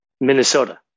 Minnesota